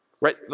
Right